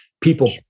people